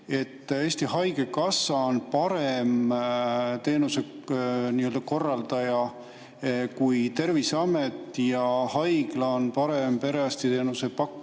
et Eesti Haigekassa on parem teenuse korraldaja kui Terviseamet ja haigla on parem perearstiteenuse pakkuja